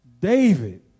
David